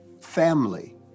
family